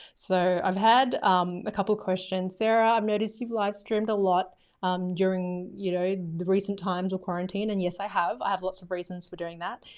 so i've had um a couple of questions. sara, i've um noticed you've live streamed a lot during, you know, the recent times of quarantine. and yes, i have, i have lots of reasons for doing that.